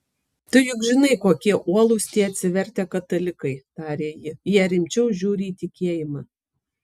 tu juk žinai kokie uolūs tie atsivertę katalikai tarė ji jie rimčiau žiūri į tikėjimą